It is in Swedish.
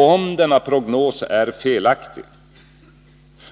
Om denna prognos är felaktig,